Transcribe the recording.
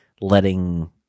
letting